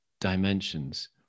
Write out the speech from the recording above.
dimensions